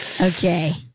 Okay